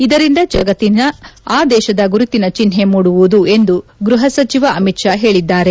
ಇದರಿಂದ ಜಗತ್ತಿನಲ್ಲಿ ಆ ದೇಶದ ಗುರುತಿನ ಚಿಹ್ನೆ ಮೂಡುವುದು ಎಂದು ಗ್ಲಪ ಸಚಿವ ಅಮಿತ್ ಷಾ ಹೇಳಿದ್ದಾರೆ